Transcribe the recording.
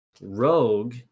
Rogue